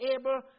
able